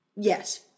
Yes